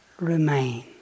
remain